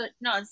no